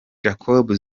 jacob